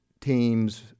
teams